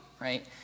right